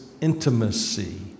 intimacy